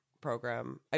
program